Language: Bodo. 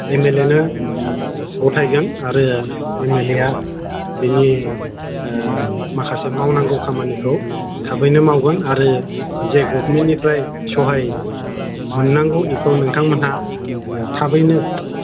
एमएलएनो गथायगोन आरो एमएलएआ बिनि माखासे मावनांगौ खामानिखौ थाबैनो मावगोन आरो जे गभर्नमेन्टनिफ्राय सहाय मोन्नांगौ बेखौ नोंथांमोनहा थाबैनो